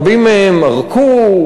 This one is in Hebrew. רבים מהם ערקו,